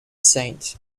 saint